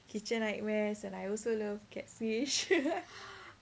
kitchen nightmares and I also love catfish